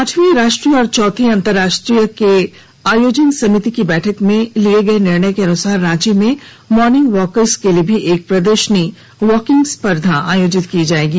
आठवीं राष्ट्रीय और चौथी अंतरराष्ट्रीय के आयोजन समिति की बैठक में लिया गए निर्णय के अनुसार रांची में मॉर्निंग वॉकर के लिए भी एक प्रदर्शनी वॉकिंग स्पर्धा आयोजित की जाएगी